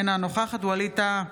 אינה נוכחת ווליד טאהא,